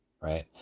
right